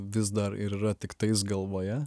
vis dar ir yra tiktais galvoje